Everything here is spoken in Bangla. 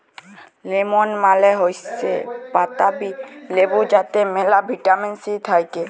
লেমন মালে হৈচ্যে পাতাবি লেবু যাতে মেলা ভিটামিন সি থাক্যে